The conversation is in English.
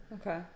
Okay